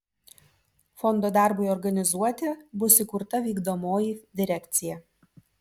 fondo darbui organizuoti bus įkurta vykdomoji direkcija